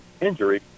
injury